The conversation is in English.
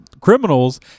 criminals